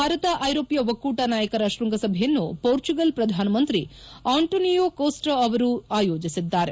ಭಾರತ ಐರೋಪ್ಠ ಒಕ್ಕೂಟ ನಾಯಕರ ಶೃಂಗಸಭೆಯನ್ನು ಪೋರ್ಚುಗಲ್ ಪ್ರಧಾನಮಂತ್ರಿ ಆಂಟೋನಿಯೋ ಕೋಸ್ಟಾ ಅವರು ಆಯೋಜಿಸಿದ್ದಾರೆ